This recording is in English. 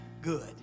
good